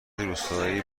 روستایی